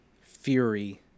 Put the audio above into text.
fury